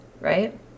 right